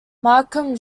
malcolm